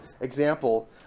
example